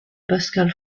pascal